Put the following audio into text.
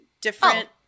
different –